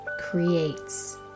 creates